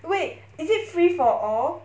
wait is it free for all